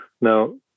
Now